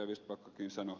vistbackakin sanoi